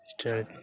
ಇಷ್ಟು ಹೇಳಿ